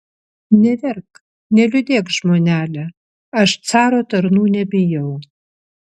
neverk neliūdėk žmonele aš caro tarnų nebijau